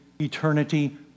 eternity